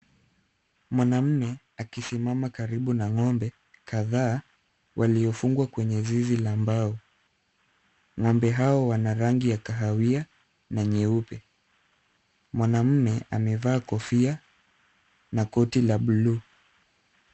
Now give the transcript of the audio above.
Mwanaume akisimama karibu na ng'ombe kadhaa waliofungwa kwenye zizi la mbao. Ng'ombe hawa wana rangi ya kahawia na nyeupe. Mwanaume amevaa kofia na koti la buluu.